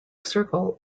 circle